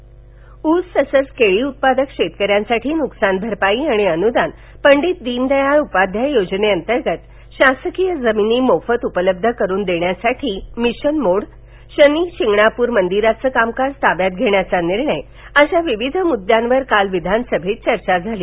विद्यी मंडळ उस तसंच केळी उत्पादक शेतकऱ्यांसाठी नुकसान भरपाई आणि अनुदान पंडित दीनदयाळ उपाध्याय योजनेंबंतर्गत शासकीय जमिनी मोफत उपलब्ध करुन देण्यासाठी मिशन मोड शनी शिंगणापूर मंदिराचं कामकाज ताब्यात घेण्याचा निर्णय अश्या विविध मुद्यांवर काल विद्यानसभेत चर्चा झाली